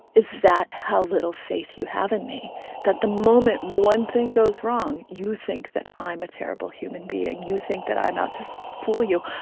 is that how little faith you have in me? that the moment one thing goes wrong, you think that i'm a terrible human being? you think that i'm out to fool you?